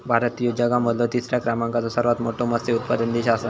भारत ह्यो जगा मधलो तिसरा क्रमांकाचो सर्वात मोठा मत्स्य उत्पादक देश आसा